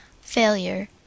failure